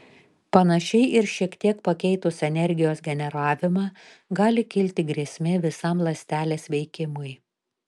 panašiai ir šiek tiek pakeitus energijos generavimą gali kilti grėsmė visam ląstelės veikimui